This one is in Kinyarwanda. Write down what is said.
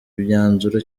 imyanzuro